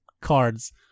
Cards